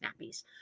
snappies